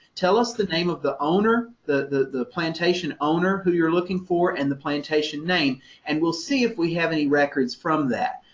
tell us the name of the owner, the the plantation owner who you're looking for and the plantation name and we'll see if we have any records from that.